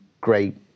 great